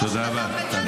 ואת זה אנחנו לא רוצים.